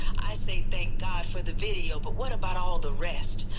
i say thank god for the video but what about all of the rest?